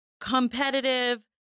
competitive